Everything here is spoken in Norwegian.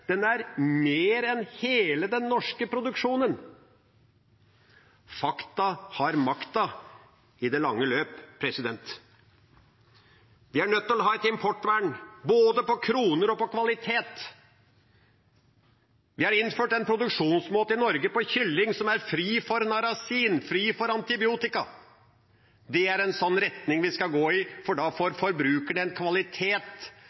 den er mer enn hele den norske produksjonen. Fakta har makta i det lange løp. Vi er nødt til å ha et importvern både på kroner og på kvalitet. Vi har innført en produksjonsmåte i Norge på kylling som er fri for narasin, fri for antibiotika. Det er en sånn retning vi skal gå i, for da